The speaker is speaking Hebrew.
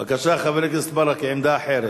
בבקשה, חבר הכנסת ברכה, עמדה אחרת.